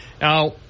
Now